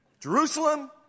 Jerusalem